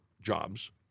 jobs